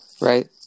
right